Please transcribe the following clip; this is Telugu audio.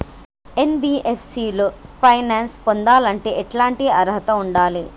ఎన్.బి.ఎఫ్.సి లో ఫైనాన్స్ పొందాలంటే ఎట్లాంటి అర్హత ఉండాలే?